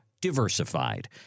diversified